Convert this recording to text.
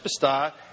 superstar